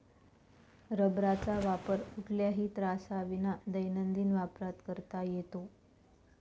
रबराचा वापर कुठल्याही त्राससाविना दैनंदिन वापरात करता येतो